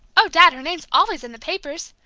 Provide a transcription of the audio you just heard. oh, dad, her name's always in the papers,